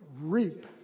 Reap